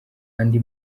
andi